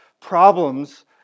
problems